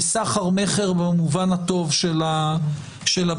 וסחר מכר במובן הטוב של הביטוי.